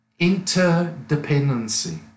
interdependency